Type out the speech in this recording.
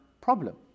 problem